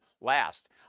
last